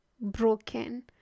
broken